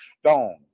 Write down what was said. stone